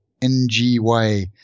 NGY